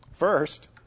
First